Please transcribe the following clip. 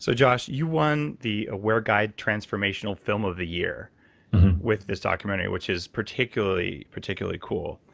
so josh, you won the awareguide transformational film of the year with this documentary, which is particularly, particularly cool.